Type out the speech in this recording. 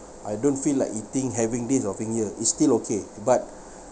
I don't feel like eating having this here it's still okay but